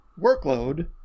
workload